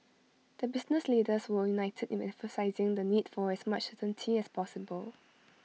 the business leaders were united in emphasising the need for as much certainty as possible